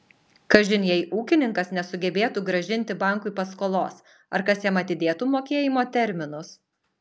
kažin jei ūkininkas nesugebėtų grąžinti bankui paskolos ar kas jam atidėtų mokėjimo terminus